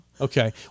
Okay